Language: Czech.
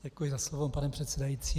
Děkuji za slovo, pane předsedající.